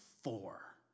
four